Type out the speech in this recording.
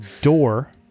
door